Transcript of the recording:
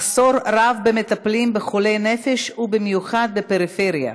מחסור רב במטפלים בחולי נפש ובמיוחד בפריפריה,